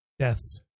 deaths